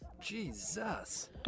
Jesus